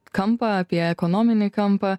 kampą apie ekonominį kampą